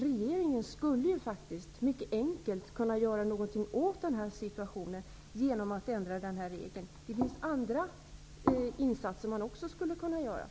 Regeringen skulle faktiskt mycket enkelt kunna göra någonting åt situationen genom att ändra regeln. Det finns även andra insatser som skulle kunna göras.